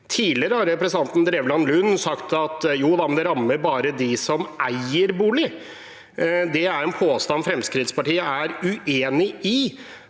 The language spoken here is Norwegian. Tidligere har representanten Drevland Lund sagt at jo da, men det rammer bare dem som eier bolig. Det er en påstand Fremskrittspartiet er uenig i,